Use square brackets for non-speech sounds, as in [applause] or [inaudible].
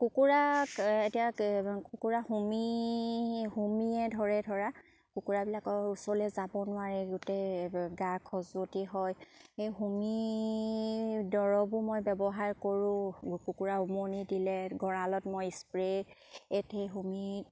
কুকুৰা এতিয়া কুকুৰা [unintelligible] ধৰে ধৰা কুকুৰাবিলাকৰ ওচৰলে যাব নোৱাৰে গোটেই গা খজুৱতি হয় সেই হোমি দৰবো মই ব্যৱহাৰ কৰোঁ কুকুৰা উমনি দিলে গঁড়ালত মই স্প্ৰে সেই হোমিত